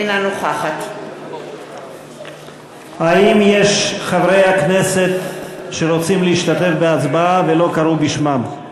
אינה נוכחת האם יש חברי כנסת שרוצים להשתתף בהצבעה ולא קראו בשמם?